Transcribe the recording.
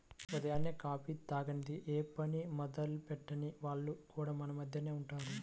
ఉదయాన్నే కాఫీ తాగనిదె యే పని మొదలెట్టని వాళ్లు కూడా మన మద్దెనే ఉంటారు